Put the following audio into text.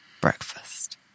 breakfast